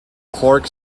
cork